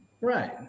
Right